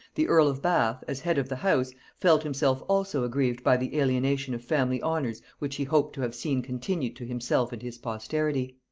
the earl of bath, as head of the house, felt himself also aggrieved by the alienation of family honors which he hoped to have seen continued to himself and his posterity.